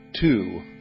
two